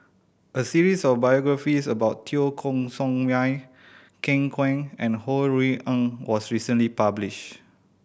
a series of biographies about Teo Koh Sock Miang Ken Kwek and Ho Rui An was recently published